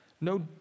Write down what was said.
no